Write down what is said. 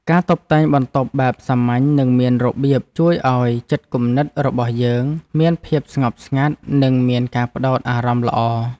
ការតុបតែងបន្ទប់បែបសាមញ្ញនិងមានរបៀបជួយឱ្យចិត្តគំនិតរបស់យើងមានភាពស្ងប់ស្ងាត់និងមានការផ្តោតអារម្មណ៍ល្អ។